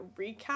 recap